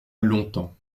longtemps